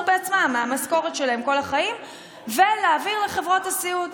בעצמם מהמשכורת שלהם כל החיים ולהעביר לחברות הסיעוד.